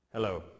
Hello